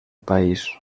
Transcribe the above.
país